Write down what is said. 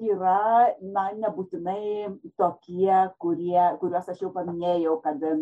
yra na nebūtinai tokie kurie kuriuos aš jau paminėjau kad